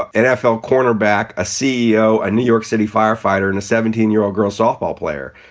ah nfl cornerback. a ceo. a new york city firefighter. and a seventeen year old girl softball player.